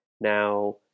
Now